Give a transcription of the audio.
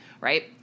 Right